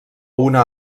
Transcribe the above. una